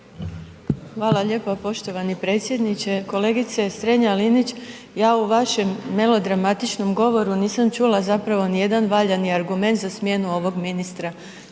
Hvala lijepo poštovani predsjedniče. Kolegice Strenja Linić ja u vašem melodramatičnom govoru nisam čula zapravo nijedan valjani argument za smjenu ovog ministra